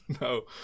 No